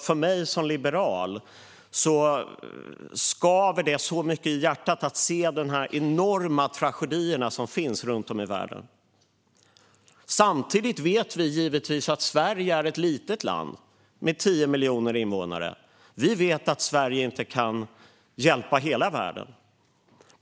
För mig som liberal skaver det i hjärtat att se dessa enorma tragedier runt om i världen. Samtidigt vet vi givetvis att Sverige är ett litet land, med 10 miljoner invånare. Vi vet att Sverige inte kan hjälpa hela världen.